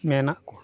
ᱢᱮᱱᱟᱜ ᱠᱚᱣᱟ